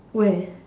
where